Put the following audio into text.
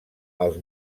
als